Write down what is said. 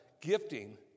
gifting